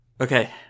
Okay